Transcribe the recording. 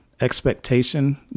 expectation